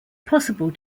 possible